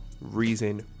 reason